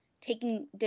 taking